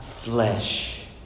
flesh